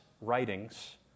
writings